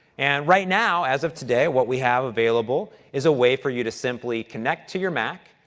and right now, as of today, what we have available is a way for you to simply connect to your mac,